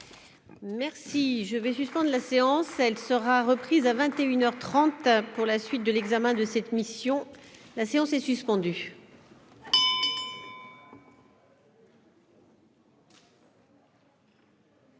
Merci, je vais suite. La séance, elle sera reprise à 21 heures 30 pour la suite de l'examen de ces. Mission : la séance est suspendue.